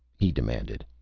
he demanded.